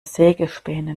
sägespäne